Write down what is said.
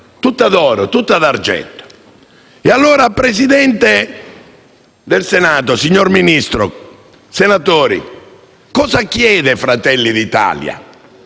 tutta d'oro, tutta d'argento. Signor Presidente del Senato, signor Ministro, senatori, cosa chiede Fratelli d'Italia?